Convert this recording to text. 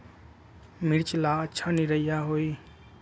मिर्च ला अच्छा निरैया होई?